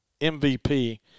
MVP